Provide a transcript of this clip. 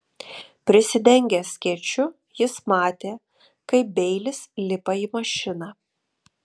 prisidengęs skėčiu jis matė kaip beilis lipa į mašiną